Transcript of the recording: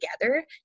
together